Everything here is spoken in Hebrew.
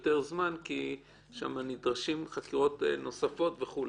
לוקחות זמן, כי נדרשות שם חקירות נוספות וכו'.